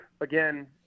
again